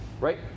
right